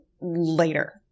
later